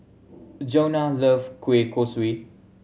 Johnna love kueh kosui